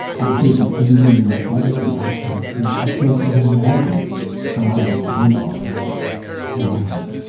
i can hear it from every room, my apartment and outside, too. i can't even imagine how hard it is to him all day and all night.